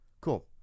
Cool